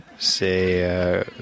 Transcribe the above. say